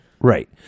Right